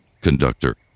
conductor